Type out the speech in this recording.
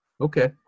Okay